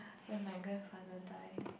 when my grandfather die